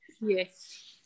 Yes